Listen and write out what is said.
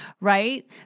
right